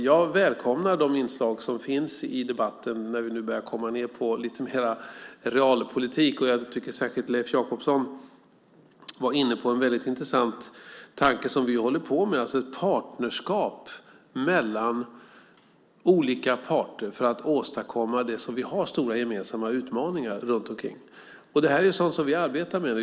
Jag välkomnar de inslag som finns i debatten när vi nu börjar komma ned till lite mer realpolitik. Jag tycker särskilt Leif Jakobsson var inne på en väldigt intressant tanke som vi håller på med, ett partnerskap mellan olika parter för att åstadkomma något när det gäller de stora gemensamma utmaningarna runt omkring. Det är sådant som vi arbetar med nu.